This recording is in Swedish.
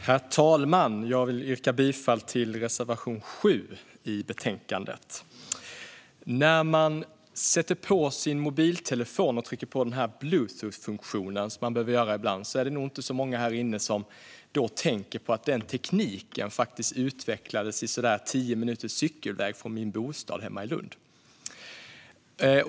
Herr talman! Jag yrkar bifall till reservation 7 i betänkandet. När man sätter på sin mobiltelefon och trycker på Bluetoothfunktionen, som man behöver göra ibland, är det nog inte många härinne som tänker på att den tekniken utvecklades så där tio minuters cykelväg från min bostad hemma i Lund.